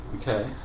Okay